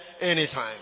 anytime